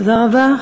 תודה רבה.